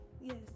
Yes